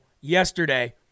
yesterday